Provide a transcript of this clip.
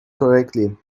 correctly